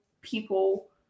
people